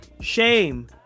Shame